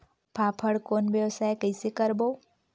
फाफण कौन व्यवसाय कइसे करबो?